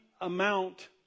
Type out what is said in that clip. amount